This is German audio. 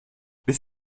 bis